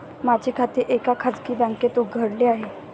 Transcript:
माझे खाते एका खाजगी बँकेत उघडले आहे